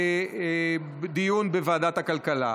דיון בוועדת הכלכלה.